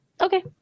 Okay